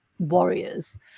warriors